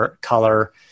color